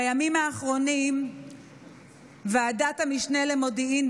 בימים האחרונים ועדת המשנה למודיעין,